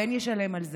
הבן ישלם על זה.